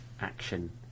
action